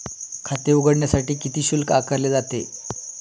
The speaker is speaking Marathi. खाते उघडण्यासाठी किती शुल्क आकारले जाते?